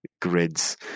grids